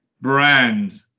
brand